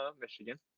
Michigan